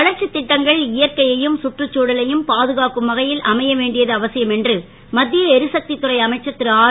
வளர்ச்சி திட்டங்கள் இயற்கையையும் சுற்றுச்சூழலையும் பாதுகாக்கும் வகையில் அமைய வேண்டியது அவசியம் என்று மத்திய எரிசக்தி துறை அமைச்சர் திருஆர்